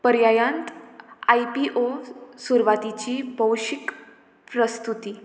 पर्यायांत I P O सुरवातीची पौशीक प्रस्तुती